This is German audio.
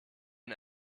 ein